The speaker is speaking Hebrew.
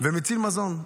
ומציל מזון.